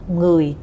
người